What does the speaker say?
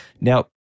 Now